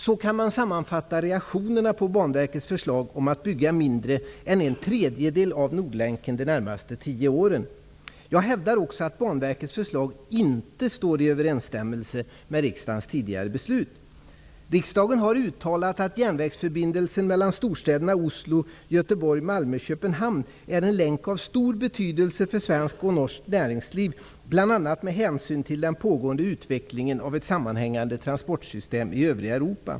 Så kan man sammanfatta reaktionerna på Banverkets förslag om att bygga mindre än en tredjedel av Nordlänken under de närmaste tio åren. Jag hävdar också att Banverkets förslag inte står i överensstämmelse med riksdagens tidigare beslut. Köpenhamn är en länk av stor betydelse för svenskt och norskt näringsliv, bl.a. med hänsyn till den pågående utvecklingen av ett sammanhängande transportsystem i övriga Europa.